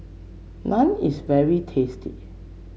naan is very tasty